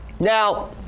Now